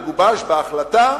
תגובש בהחלטה,